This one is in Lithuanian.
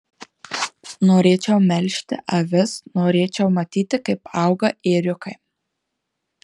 norėčiau melžti avis norėčiau matyti kaip auga ėriukai